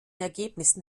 ergebnissen